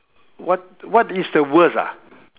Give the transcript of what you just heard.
what what is the worst ah